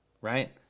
right